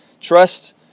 trust